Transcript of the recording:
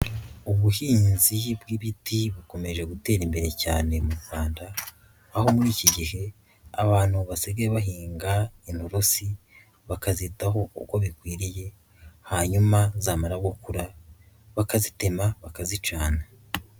Ubuhinzi bw'ibiti bukomeje gutera imbere cyane mu Rwanda, aho muri iki gihe abantu basigaye bahinga inturusi bakazitaho uko bikwiriye, hanyuma zamara gukura bakazitema bakazicana.